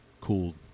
Cooled